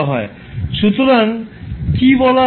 সুতরাং কি বলা যাবে